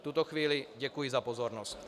V tuto chvíli děkuji za pozornost.